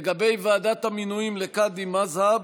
לגבי ועדת המינויים לקאדים מד'הב,